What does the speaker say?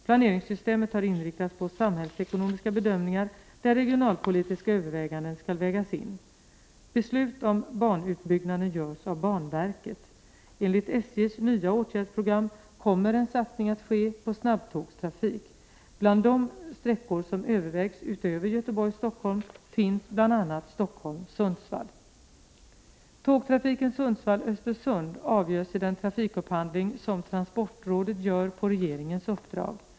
Planeringssystemet har inriktats på samhällsekonomiska bedömningar där regionalpolitiska överväganden skall vägas in. Beslut om banutbyggnader görs av banverket. Enligt SJ:s nya åtgärdsprogram kommer en satsning att ske på snabbtågstrafik. Bland de sträckor som övervägs utöver Göteborg-Stock Prot. 1988/89:39 holm finns bl.a. sträckan Stockholm-Sundsvall. 6 december 1988 Tågtrafiken Sundsvall-Östersund avgörs i den trafikupphandling som ——:':..- transportrådet gör på regeringens uppdrag.